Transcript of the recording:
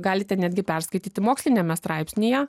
galite netgi perskaityti moksliniame straipsnyje